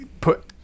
put